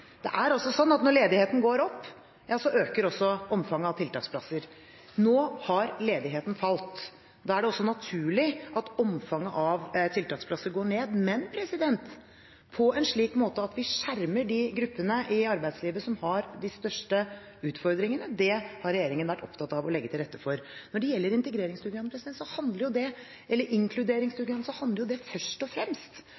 Det er slik at når ledigheten går opp, øker også omfanget av tiltaksplasser. Nå har ledigheten falt. Da er det også naturlig at antall tiltaksplasser går ned, men på en slik måte at vi skjermer de gruppene i arbeidslivet som har de største utfordringene. Det har regjeringen vært opptatt av å legge til rette for. Når det gjelder